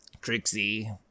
Trixie